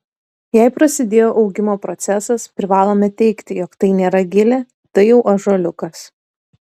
jei prasidėjo augimo procesas privalome teigti jog tai nėra gilė tai jau ąžuoliukas